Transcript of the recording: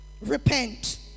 Repent